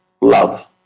love